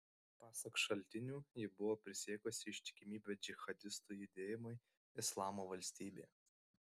pasak šaltinių ji buvo prisiekusi ištikimybę džihadistų judėjimui islamo valstybė